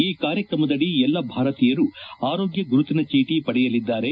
ಈ ಕಾರ್ಯಕ್ರಮದಡಿ ಎಲ್ಲಾ ಭಾರತೀಯರು ಆರೋಗ್ಕ ಗುರುತಿನ ಚೀಟ ಪಡೆಯಲಿದ್ದಾರೆ